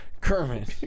Kermit